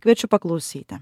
kviečiu paklausyti